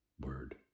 word